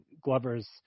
Glover's